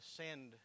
send